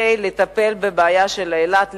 לטפל בבעיה של אילת,